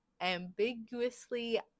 ambiguously